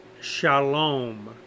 Shalom